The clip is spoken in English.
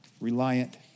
reliant